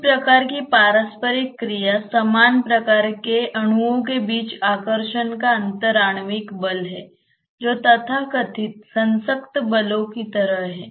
एक प्रकार की पारस्परिक क्रिया समान प्रकार के अणुओं के बीच आकर्षण का अंतर आणविक बल है जो तथाकथित संसक्त बलों की तरह है